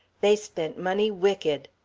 they spent money wicked.